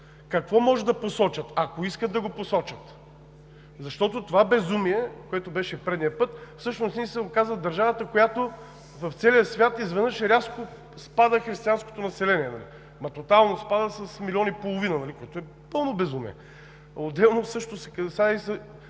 какво могат да посочат, ако искат да го посочат. Защото това безумие, което беше предния път, всъщност ние се оказахме държавата, в която от целия свят изведнъж рязко спада християнското население, нали? Ама тотално спада с милион и половина, което е пълно безумие! Отделно, същото се касае,